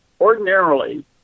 ordinarily